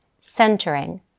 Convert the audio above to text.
centering